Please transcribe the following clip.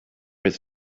his